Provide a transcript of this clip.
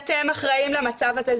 כי אתם אחראים למצב הזה,